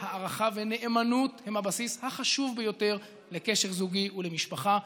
הערכה ונאמנות הם הבסיס החשוב ביותר לקשר זוגי ולמשפחה.